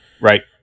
right